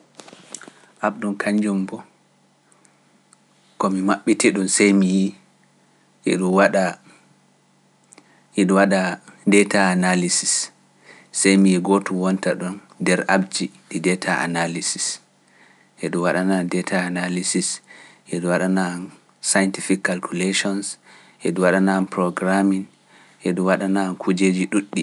Abdu kañjum bo, komi maɓɓiti ɗum semyi e Dɗum waɗa, e ɗum waɗa data analysis, semyi e gooto wonta ɗon nder abji ɗi data analysis, e ɗum waɗana data analysis, e ɗum waɗana scientific calculations, e ɗum waɗana programming, e ɗum waɗana kujeeji ɗuɗɗi.